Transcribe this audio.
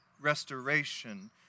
restoration